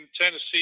Tennessee